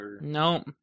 No